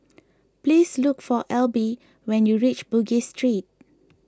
please look for Elby when you reach Bugis Street